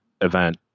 event